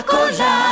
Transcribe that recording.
Cola